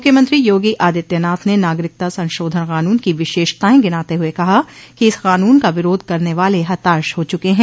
मुख्यमंत्री योगी आदित्यनाथ ने नागरिकता संशोधन कानून की विशेषताएं गिनाते हुए कहा कि इस कानून का विरोध करने वाले हताश हो चुके हैं